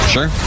Sure